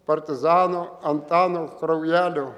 partizano antano kraujelio